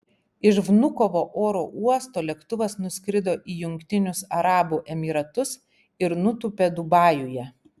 iš vnukovo oro uosto lėktuvas nuskrido į jungtinius arabų emyratus ir nutūpė dubajuje